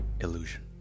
illusion